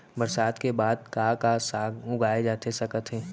बरसात के बाद का का साग उगाए जाथे सकत हे?